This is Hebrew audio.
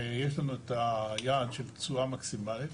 יש לנו את היעד של תשואה מקסימלית,